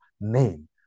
name